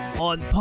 On